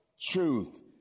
Truth